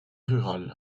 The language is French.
rural